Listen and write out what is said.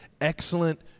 excellent